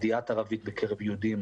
ידיעת ערבית בקרב יהודים,